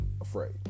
afraid